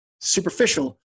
superficial